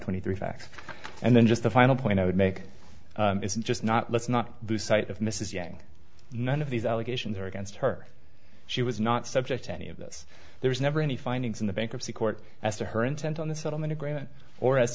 twenty three facts and then just the final point i would make isn't just not let's not lose sight of mrs yang none of these allegations are against her she was not subject to any of this there was never any findings in the bankruptcy court as to her intent on the settlement agreement or